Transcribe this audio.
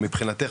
מבחינתך,